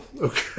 Okay